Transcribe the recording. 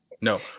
No